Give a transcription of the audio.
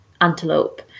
antelope